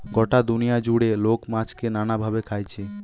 গটা দুনিয়া জুড়ে লোক মাছকে নানা ভাবে খাইছে